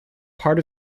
part